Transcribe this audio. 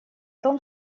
том